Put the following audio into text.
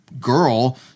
girl